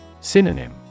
Synonym